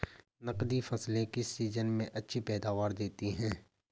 नकदी फसलें किस सीजन में अच्छी पैदावार देतीं हैं?